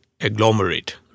agglomerate